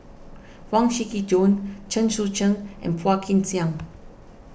Huang Shiqi Joan Chen Sucheng and Phua Kin Siang